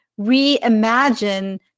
reimagine